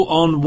on